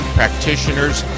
practitioners